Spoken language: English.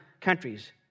countries